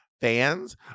fans